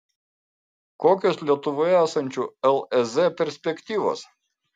kokios lietuvoje esančių lez perspektyvos